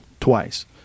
twice